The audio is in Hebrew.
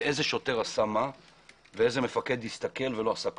ואיזה שוטר עשה מה ואיזה מפקד הסתכל ולא עשה דבר.